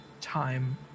time